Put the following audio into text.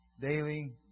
Daily